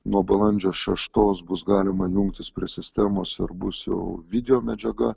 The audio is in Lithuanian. nuo balandžio šeštos bus galima jungtis prie sistemos ir bus jau video medžiaga